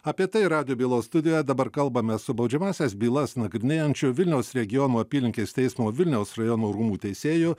apie tai radijo bylos studijoje dabar kalbame su baudžiamąsias bylas nagrinėjančiu vilniaus regiono apylinkės teismo vilniaus rajono rūmų teisėju